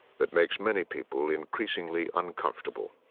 that makes many people increasingly uncomfortable.